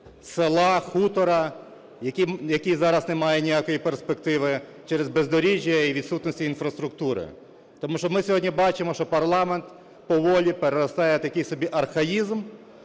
села, хутора, які зараз не мають ніякої перспективи через бездоріжжя і відсутності інфраструктури. Тому що ми сьогодні бачимо, що парламент поволі переростає в такий собі архаїзм